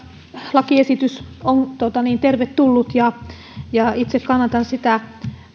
lakiesitys on tervetullut ja ja itse kannatan sitä